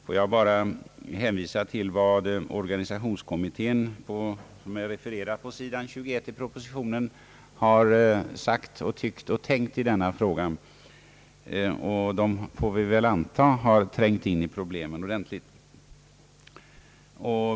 Får jag bara hänvisa till vad organisationskommittén, som är refererad på sidan 21 i propositionen, har sagt, tyckt och tänkt i denna fråga. Vi får väl anta att kommittén trängt in ordentligt i problemen.